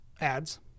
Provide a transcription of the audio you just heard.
ads